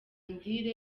andire